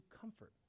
comfort